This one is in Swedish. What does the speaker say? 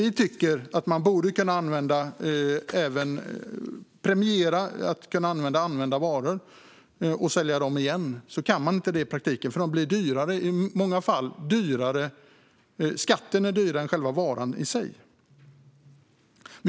Vi tycker att man borde premiera att använda varor används och säljs igen. Men det går inte i praktiken, för skatten blir i många fall dyrare än själva varan.